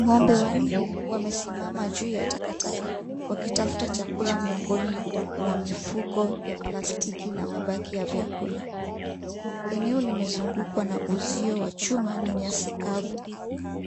Ng'ombe wanne wamesimama juu ya takataka wakitafuta chakula miongoni mwa mifuko ya plastiki na mabaki yake ya vyakula. Eneo limezungukwa na uzio wa chuma na nyasi kavu.